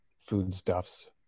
foodstuffs